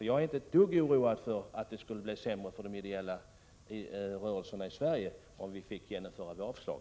Jag är inte ett dugg orolig för att det skulle bli sämre för de ideella rörelserna i Sverige om vi fick genomföra vårt förslag.